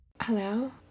Hello